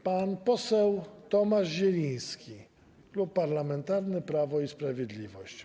Pan poseł Tomasz Zieliński, Klub Parlamentarny Prawo i Sprawiedliwość.